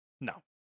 No